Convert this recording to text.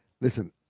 Listen